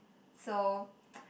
so